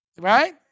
Right